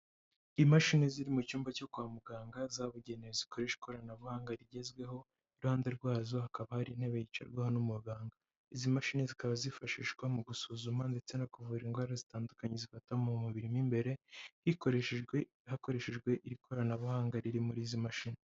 Imashini ziri mu cyumba cyo kwa muganga zabugenewe zikoresha ikoranabuhanga rigezweho, iruhande rwazo hakaba hari intebe yicarwaho n'umuganga, izi mashini zikaba zifashishwa mu gusuzuma ndetse no kuvura indwara zitandukanye zifata mu mubiri mo imbere, hakoreshejwe iri koranabuhanga riri muri izi mashini.